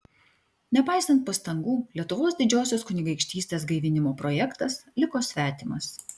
nepaisant pastangų lietuvos didžiosios kunigaikštystės gaivinimo projektas liko svetimas